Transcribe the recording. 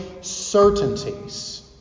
certainties